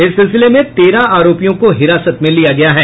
इस सिलसिले में तेरह आरोपियों को हिरासत में लिया गया है